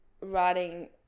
writing